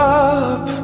up